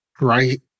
right